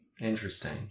Interesting